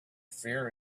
fear